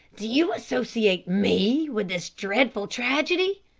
do you associate me with this dreadful tragedy?